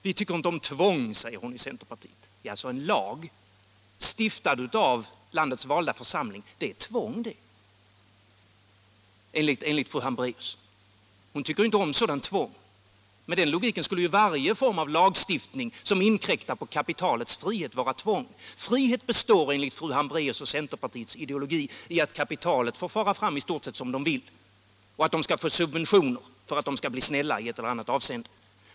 Vi tycker inte om tvång, säger hon, i centerpartiet. Jaså, 17 maj 1977 en lag, stiftad av landets valda församling, är tvång enligt fru Hambraeusjg — och hon tycker inte om sådant tvång. Med den logiken skulle ju varje — Energibesparande form av lagstiftning som inkräktar på kapitalets frihet vara tvång. Frihet — åtgärder inom består enligt fru Hambraeus och centerpartiets ideologi i att kapitalet — näringslivet m.m. får fara fram i stort sett som det vill och att det skall få subventioner för att det skall bli snällt i ett eller annat avseende.